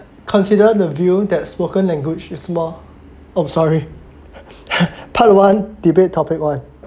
consider the view that spoken language is more oh sorry part one debate topic one